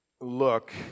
look